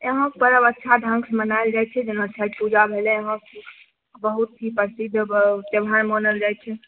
इहाँ पर्ब अच्छा ढङ्ग सँ मनायल जाइ छै छठि पूजा भेलै हँ बहुत ही प्रसिद्ध त्यौहार मानल जाइ छै